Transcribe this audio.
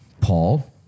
Paul